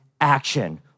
action